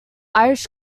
irish